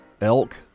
elk